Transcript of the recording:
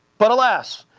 but alas,